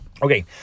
Okay